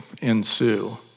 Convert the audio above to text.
ensue